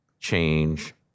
change